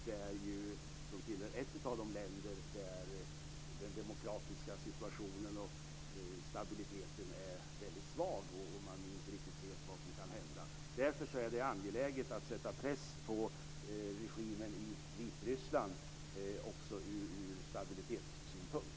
Det ska för övrigt på söndag hållas val i Ukraina, som är ett av de länder som har en svag demokratisk situation och stabilitet och där man inte riktigt vet vad som kan hända. Därför är det angeläget att sätta press på regimen i Vitryssland också ur stabilitetssynpunkt.